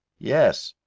yes,